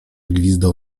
gwizdał